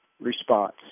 response